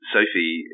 Sophie